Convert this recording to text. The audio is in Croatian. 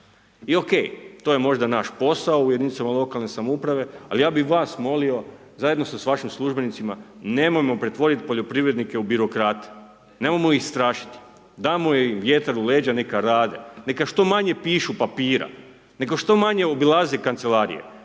i ok, to je možda naš posao u jedinicama lokalne samouprave ali ja bi vas molio, zajedno sa vašim službenicima, nemojmo pretvoriti poljoprivrednike u birokrate. Nemojmo ih strašiti, dajmo im vjetar u leđa, neka rade, neka što manje pišu papira. Neka što manje obilaze kancelarije,